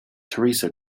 theresa